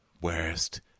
Worst